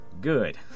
Good